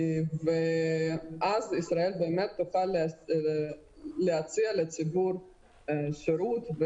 ואז ישראל באמת תוכל להציע לציבור שירות,